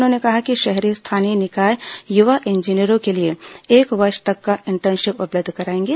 उन्होंने कहा कि शहरी स्थानीय निकाय युवा इंजीनियरों के लिए एक वर्ष तक का इंटर्नशिप उपलब्ध कराएंगे